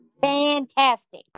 Fantastic